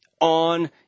on